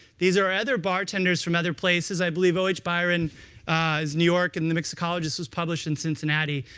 these are other bartenders from other places. i believe o h. byron is new york, and the mixicologist was published in cincinnati.